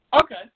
Okay